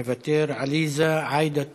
מוותר, עליזה עאידה תומא,